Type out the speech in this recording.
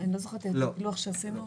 אני לא זוכרת את הלוח שעשינו.